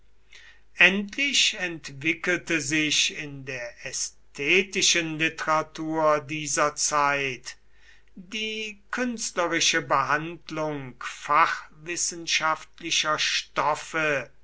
endlich entwickelt sich in der ästhetischen literatur dieser zeit die künstlerische behandlung fachwissenschaftlicher stoffe